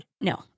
No